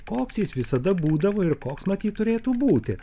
koks jis visada būdavo ir koks matyt turėtų būti